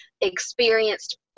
experienced